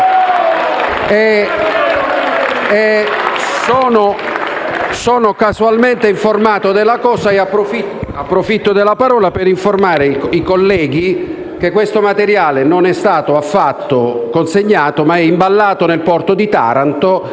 ApI, E-E, MPL) e LN-Aut)* e approfitto della parola per informare i colleghi che questo materiale non è stato affatto consegnato, ma è imballato nel porto di Taranto.